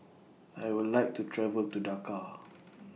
I Would like to travel to Dakar